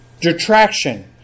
detraction